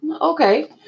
Okay